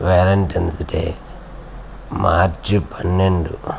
Valentine's day March పన్నెండు